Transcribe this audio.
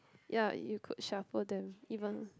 ya you could shuffle them even